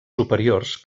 superiors